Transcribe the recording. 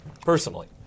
personally